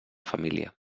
família